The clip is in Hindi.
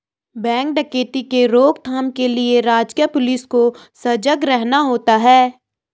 बैंक डकैती के रोक थाम के लिए राजकीय पुलिस को सजग रहना होता है